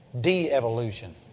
De-evolution